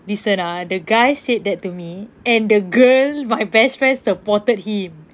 listen ah the guy said that to me and the girl my best friend supported him